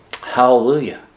hallelujah